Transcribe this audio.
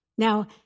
Now